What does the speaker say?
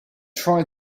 try